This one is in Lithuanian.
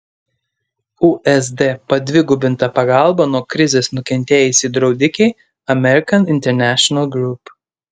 usd padvigubinta pagalba nuo krizės nukentėjusiai draudikei american international group